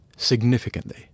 significantly